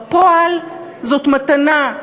בפועל זאת מתנה.